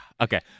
Okay